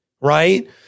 right